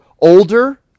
older